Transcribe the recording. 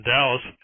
Dallas